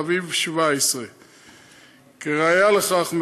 באביב 2017. כראיה לכך,